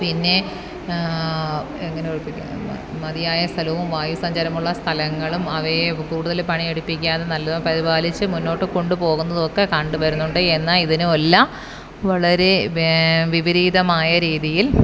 പിന്നെ എങ്ങനെ കുളിപ്പിക്കാനാണ് മതിയായ സ്ഥലവും വായുസഞ്ചാരമുള്ള സ്ഥലങ്ങളും അവയെ കൂടുതൽ പണി എടുപ്പിക്കാതെ നല്ലതും പരിപാലിച്ച് മുന്നോട്ട് കൊണ്ടുപോകുന്നതൊക്കെ കണ്ട് വരുന്നുണ്ട് എന്നാൽ ഇതിനും അല്ല വളരെ വിപരീതമായ രീതിയിൽ